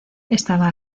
estaba